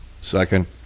Second